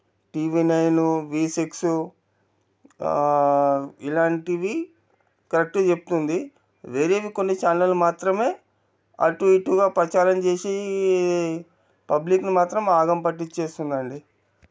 TV nine V six ఇలాంటివి కరెక్ట్గా చెప్తుంది వేరేవి కొన్ని ఛానళ్ళు మాత్రమే అటు ఇటుగా ప్రచారం చేసి పబ్లిక్ని మాత్రం ఆగం పట్టిచ్చేస్తున్నాయండి